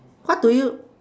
what do you